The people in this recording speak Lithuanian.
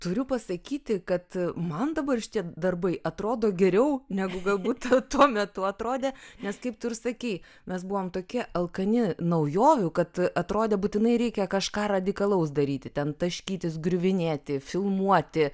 turiu pasakyti kad man dabar šitie darbai atrodo geriau negu galbūt tuo metu atrodė nes kaip tu ir sakei mes buvom tokie alkani naujovių kad atrodė būtinai reikia kažką radikalaus daryti ten taškytis griuvinėti filmuoti